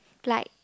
like